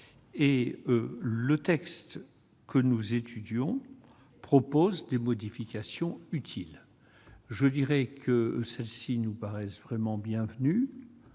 et le texte que nous étudions propose des modifications utiles, je dirais que celles-ci nous paraissent vraiment bienvenue,